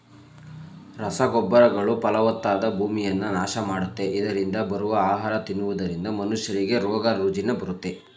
ರಸಗೊಬ್ಬರಗಳು ಫಲವತ್ತಾದ ಭೂಮಿಯನ್ನ ನಾಶ ಮಾಡುತ್ತೆ, ಇದರರಿಂದ ಬರುವ ಆಹಾರ ತಿನ್ನುವುದರಿಂದ ಮನುಷ್ಯರಿಗೆ ರೋಗ ರುಜಿನ ಬರುತ್ತೆ